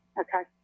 okay